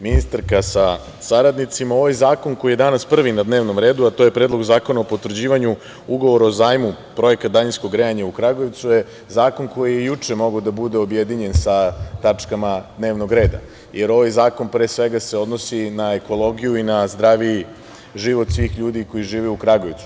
Ministarka sa saradnicima, ovaj zakon koji je danas prvi na dnevnom redu, a to je Predlog zakona o potvrđivanju Ugovora o zajmu projekat daljinskog grejanja u Kragujevcu je zakon koji je juče mogao da bude objedinjen sa tačkama dnevnog reda, jer ovaj zakon pre svega se odnosi na ekologiju i na zdraviji život svih ljudi koji žive u Kragujevcu.